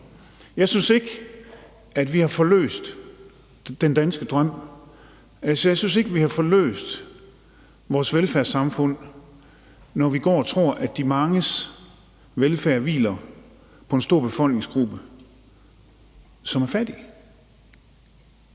Jeg synes ikke, at vi har forløst den danske drøm. Jeg synes ikke, vi har forløst vores velfærdssamfund, når vi går og tror, at de manges velfærd hviler på en stor befolkningsgruppe, som er fattige.